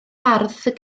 ardd